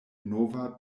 nova